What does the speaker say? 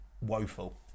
woeful